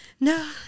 no